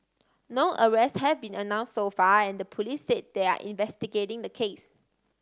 no arrests have been announce so far and the police say they are investigating the case